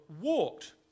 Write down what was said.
walked